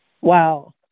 wow